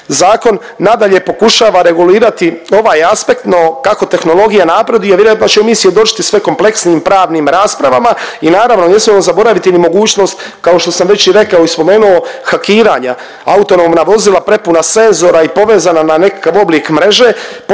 Zakon nadalje pokušava regulira ovaj aspekt, no kako tehnologija napreduje, vjerojatno ćemo mi svjedočiti sve kompleksnijim pravnim raspravama i naravno, ne smijemo zaboraviti ni mogućnost, kao što sam već i rekao i spomenuo, hakiranja autonomna vozila prepuna senzora i povezana na nekakav oblik mreže,